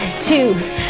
two